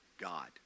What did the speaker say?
god